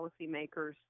policymakers